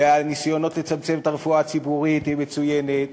והניסיונות לצמצם, לרפואה הציבורית, הם מצוינים.